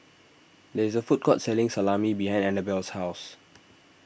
there is a food court selling Salami behind Annabel's house